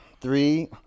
three